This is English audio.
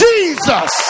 Jesus